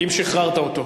אם שחררת אותו.